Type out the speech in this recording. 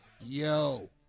Yo